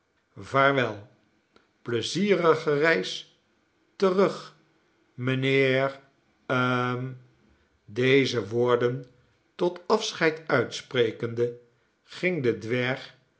vaarwel pleizierige reis terug mijnheer hml deze woorden tot afscheid uitsprekende ging de dwerg